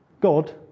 God